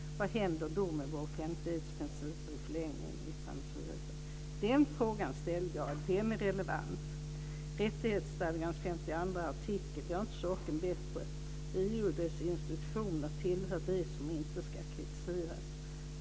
Vad händer då med vår offentlighetsprincip och i förlängningen med yttrandefriheten? Den frågan ställde jag, och den är relevant. Rättighetsstadgans artikel 52 gör inte saken bättre. EU och dess institutioner tillhör det som inte ska kritiseras.